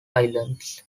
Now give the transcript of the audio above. islands